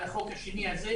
על החוק השני הזה,